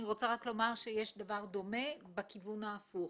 אני רוצה לומר שיש דבר דומה בכיוון ההפוך.